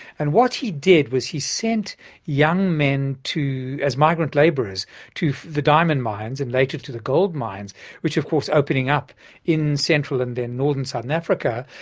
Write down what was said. and what he did was he sent young men to. as migrant labourers to the diamond mines and later to the gold mines which of course opening up in central and then northern southern africa,